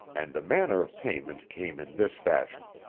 and the manner of payment came in this fashion.